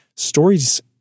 Stories